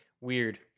weird